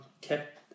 kept